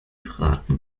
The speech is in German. braten